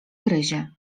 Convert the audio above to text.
gryzie